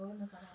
हां